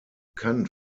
bekannt